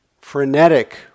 frenetic